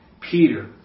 Peter